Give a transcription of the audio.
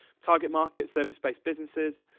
target market, service-based businesses.